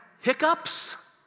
hiccups